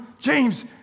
James